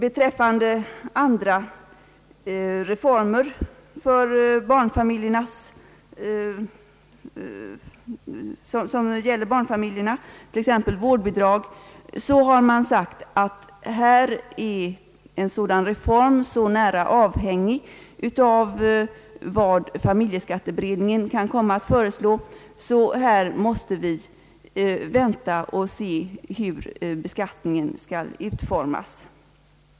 Beträffande andra reformer som gäller barnfamiljerna, t.ex. vårdbidrag, har man sagt att reformen är så nära avhängig av vad familjeskatteberedningen kan komma att föreslå, att vi måste vänta och. se hur beskattningen utformas.